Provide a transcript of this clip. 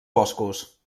boscos